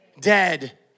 dead